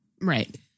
Right